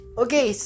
okay